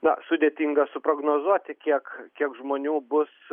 na sudėtinga suprognozuoti kiek kiek žmonių bus